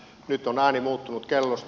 nyt on ääni muuttunut kellossa